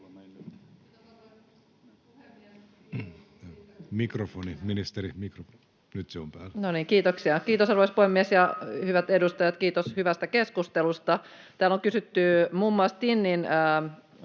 Kiitos, arvoisa puhemies! Hyvät edustajat, kiitos hyvästä keskustelusta. Täällä on kysytty muun muassa TINin